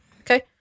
Okay